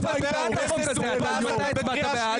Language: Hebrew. אם אתה היית עורך את ישראל היום --- ברור שאני בפוזיציה.